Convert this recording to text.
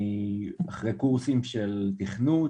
אני אחרי קורסים של תכנות